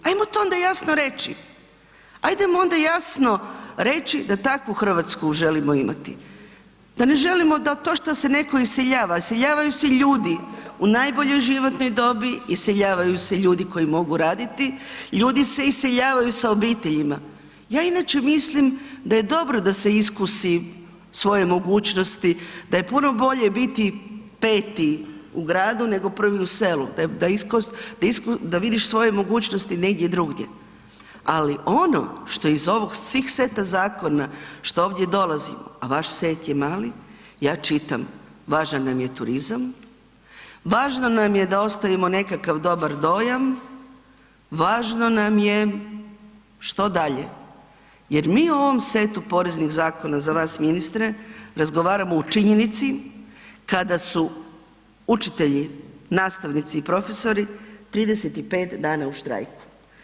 Ajmo to onda jasno reći, ajdemo onda jasno reći da takvu RH želimo imati, da ne želimo da to što se netko iseljava, iseljavaju se ljudi u najboljoj životnoj dobi, iseljavaju se ljudi koji mogu raditi, ljudi se iseljavaju sa obiteljima, ja inače mislim da je dobro da se iskusi svoje mogućnosti, da je puno bolje biti peti u gradu, nego prvi u selu, da vidiš svoje mogućnosti negdje drugdje, ali ono što iz ovog, svih seta zakona, što ovdje dolazimo, a vaš set je mali, ja čitam, važan nam je turizam, važno nam je da ostavimo nekakav dobar dojam, važno nam je što dalje, jer mi u ovom setu poreznih zakona za vas ministre razgovaramo u činjenici kada su učitelji, nastavnici i profesori 35 dana u štrajku.